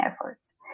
efforts